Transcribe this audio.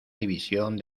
división